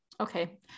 okay